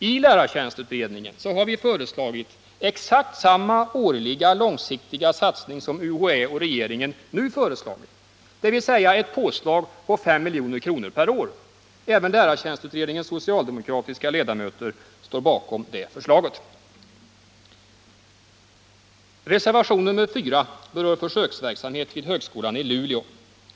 I lärartjänstutredningen har vi föreslagit exakt samma årliga långsiktiga satsning som UHÄ och regeringen nu föreslår, dvs. ett påslag med 5 milj.kr. per år. Även lärartjänstutredningens socialdemokratiska ledamöter står bakom det förslaget. Reservation nr 4 berör frågan om försöksverksamhet vid högskolan i Luleå.